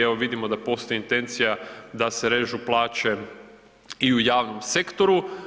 Evo vidimo da postoji intencija da se režu plaće i u javnom sektoru.